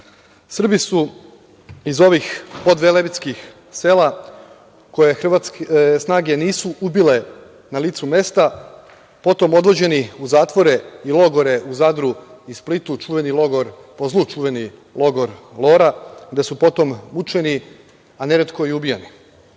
Srbi su iz ovih podvelebitskih sela, koje hrvatske snage nisu ubile na licu mesta, potom odvođeni u zatvore i logore u Zadru i Splitu, po zlu čuveni logor „Lora“, gde su potom mučeni, a neretko i ubijani. Naravno